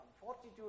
fortitude